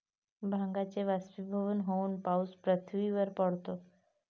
पाण्याचे बाष्पीभवन होऊन पाऊस पृथ्वीवर पडतो